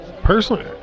Personally